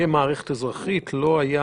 כמערכת אזרחית, לא היה